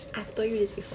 I told you this before